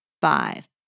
five